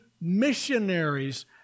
missionaries